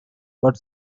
but